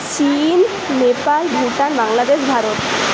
চীন নেপাল ভুটান বাংলাদেশ ভারত